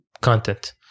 content